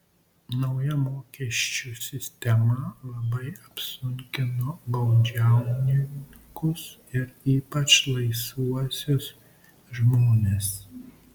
nauja mokesčių sistema labai apsunkino baudžiauninkus ir ypač laisvuosius žmones